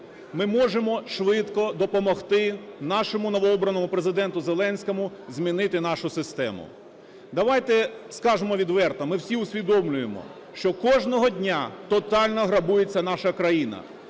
ми можемо швидко допомогти нашому новообраному Президенту Зеленському змінити нашу систему. Давайте скажемо відверто: ми всі усвідомлюємо, що кожного дня тотально грабується наша країна.